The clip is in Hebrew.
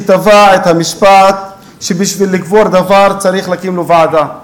שטבע את המשפט שבשביל לקבור דבר צריך להקים לו ועדה.